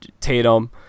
Tatum